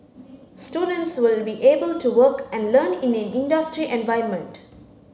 students will be able to work and learn in an industry environment